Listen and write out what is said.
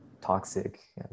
toxic